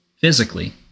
physically